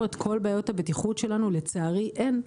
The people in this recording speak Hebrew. את כל בעיות הבטיחות שלנו לצערי אין.